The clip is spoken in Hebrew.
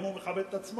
אם הוא מכבד את עצמו,